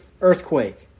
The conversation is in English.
earthquake